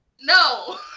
no